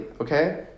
okay